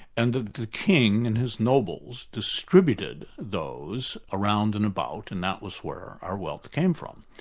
and that the king and his nobles distributed those around an about, and that was where our wealth came from.